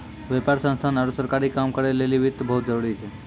व्यापार संस्थान आरु सरकारी काम करै लेली वित्त बहुत जरुरी छै